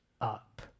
up